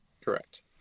Correct